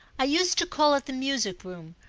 i used to call it the music-room,